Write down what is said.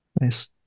Nice